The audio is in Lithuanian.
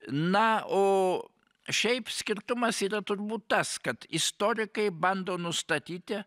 na o šiaip skirtumas yra turbūt tas kad istorikai bando nustatyti